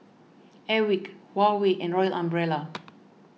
Airwick Huawei and Royal Umbrella